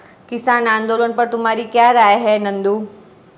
किसान आंदोलन पर तुम्हारी क्या राय है नंदू?